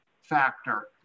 factor